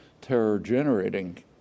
terror-generating